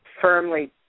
firmly